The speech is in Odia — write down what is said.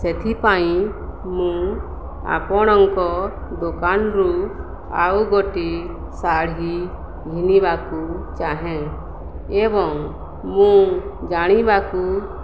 ସେଥିପାଇଁ ମୁଁ ଆପଣଙ୍କ ଦୋକାନରୁ ଆଉ ଗୋଟିଏ ଶାଢ଼ୀ ଘିନିବାକୁ ଚାହେଁ ଏବଂ ମୁଁ ଜାଣିବାକୁ